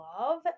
love